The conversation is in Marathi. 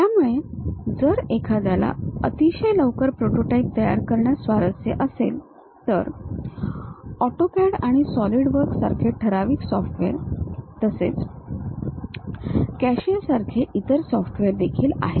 त्यामुळे जर एखाद्याला अतिशय लवकर प्रोटोटाइप तयार करण्यात स्वारस्य असेल तर AutoCAD आणि SolidWorks सारखे ठराविक सॉफ्टवेअर तसेच CATIA सारखे इतर सॉफ्टवेअर देखील आहेत